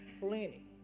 plenty